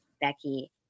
Becky